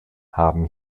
haben